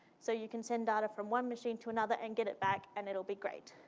so you can send data from one machine to another and get it back and it'll be great.